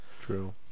True